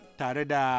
tareda